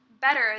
better